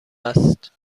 است